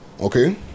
Okay